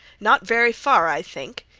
not very far, i think.